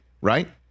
right